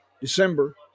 December